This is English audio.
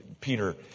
Peter